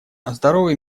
здоровый